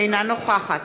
אינה נוכחת